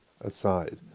Aside